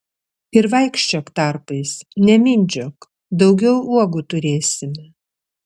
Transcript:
ir vaikščiok tarpais nemindžiok daugiau uogų turėsime